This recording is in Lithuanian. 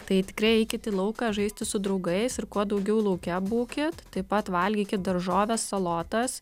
tai tikrai eikit į lauką žaisti su draugais ir kuo daugiau lauke būkit taip pat valgykit daržoves salotas